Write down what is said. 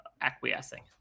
acquiescing